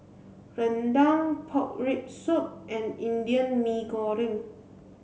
rendang pork rib soup and Indian Mee Goreng